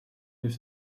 lives